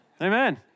Amen